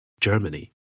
Germany